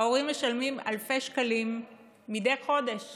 ההורים משלמים אלפי שקלים מדי חודש